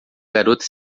garota